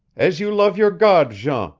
as you love your god, jean,